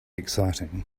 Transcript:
exciting